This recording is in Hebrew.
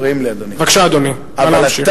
בבקשה, אדוני, נא להמשיך.